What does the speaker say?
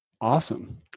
Awesome